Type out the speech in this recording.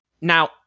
Now